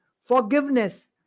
forgiveness